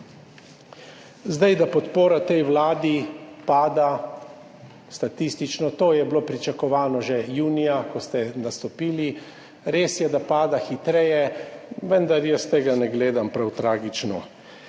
Da podpora tej vladi pada, statistično, to je bilo pričakovano že junija, ko ste nastopili. Res je, da pada hitreje, vendar jaz tega ne gledam prav tragično.